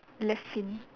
left fin